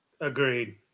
agreed